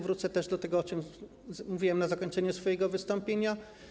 Wrócę tu jednak do tego, o czym mówiłem na zakończenie swojego wystąpienia.